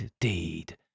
deed